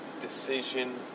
decision